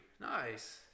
Nice